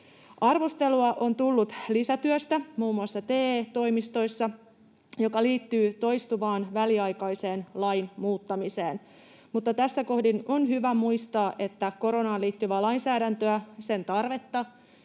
Arvostelua on tullut lisätyöstä muun muassa TE-toimistoissa, joka liittyy toistuvaan väliaikaiseen lain muuttamiseen, mutta tässä kohdin on hyvä muistaa, että koronaan liittyvää lainsäädäntöä, sen tarvetta,